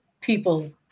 people